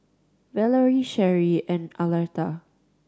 Valerie Sherie and Arletta